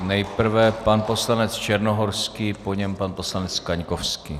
Nejprve pan poslanec Černohorský, po něm pan poslanec Kaňkovský.